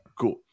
Cool